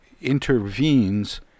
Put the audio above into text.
intervenes